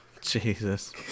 Jesus